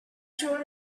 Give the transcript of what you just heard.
through